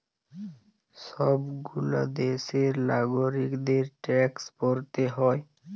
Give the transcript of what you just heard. সব গুলা দ্যাশের লাগরিকদের ট্যাক্স ভরতে হ্যয়